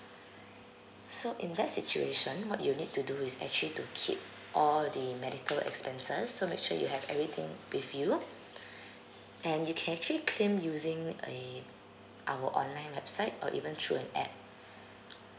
so in that situation what you need to do is actually to keep all the medical expenses so make sure you have anything with you and you can actually claim using a our online website or even through an app